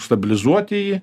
stabilizuoti jį